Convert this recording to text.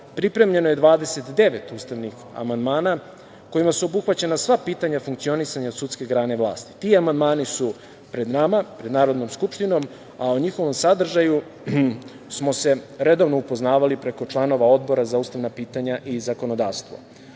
Pripremljeno je 29 ustavnih amandmana kojima su obuhvaćena sva pitanja funkcionisanja sudske grane vlasti. Ti amandmani su pred nama, pred Narodnom skupštinom, a o njihovom sadržaju smo se redovno upoznavali preko članova Odbora za ustavna pitanja i zakonodavstvo. Promene